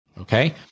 Okay